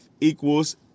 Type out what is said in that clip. equals